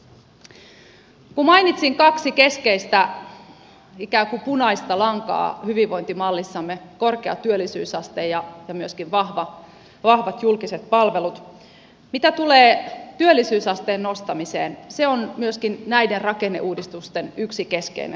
kun mainitsin kaksi keskeistä ikään kuin punaista lankaa hyvinvointimallissamme korkean työllisyysasteen ja myöskin vahvat julkiset palvelut niin mitä tulee työllisyysasteen nostamiseen se on myöskin näiden rakenneuudistusten yksi keskeinen tavoite